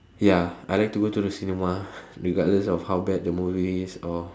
ya I like to go to the cinema regardless of how bad the movie is or